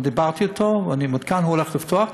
אבל דיברתי אתו, אני מעודכן, הוא הולך לפתוח.